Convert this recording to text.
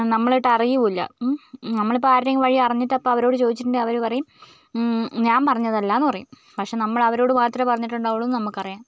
നമ്മൾ ഒട്ട് അറിയില്ല നമ്മൾ ഇപ്പോൾ ആരുടെ എങ്കിലും വഴി അറിഞ്ഞിട്ട് അപ്പോൾ അവരോട് ചോദിച്ചിട്ടുണ്ടെങ്കിൽ അവർ പറയും ഞാൻ പറഞ്ഞതല്ല എന്ന് പറയും പക്ഷേ നമ്മൾ അവരോട് മാത്രമേ പറഞ്ഞിട്ടുണ്ടാവുള്ളൂ എന്ന് നമുക്ക് അറിയാം